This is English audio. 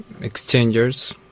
exchangers